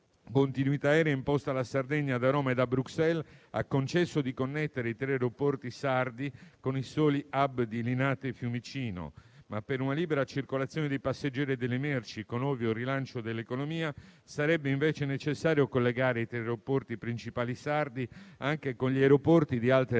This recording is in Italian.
continuità aerea imposta alla Sardegna da Roma e da Bruxelles ha concesso di connettere i tre aeroporti sardi con i soli *hub* di Linate e Fiumicino. Ma, per una libera circolazione dei passeggeri e delle merci, con ovvio rilancio dell'economia, sarebbe invece necessario collegare i tre aeroporti principali sardi anche con gli aeroporti di altre realtà